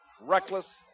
Reckless